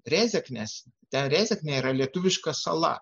rezeknės ta rezeknė yra lietuviška sala